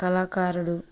కళాకారుడు